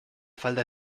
falda